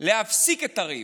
להפסיק את הריב.